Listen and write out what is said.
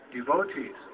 devotees